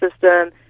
system